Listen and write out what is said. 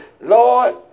Lord